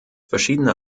verschiedene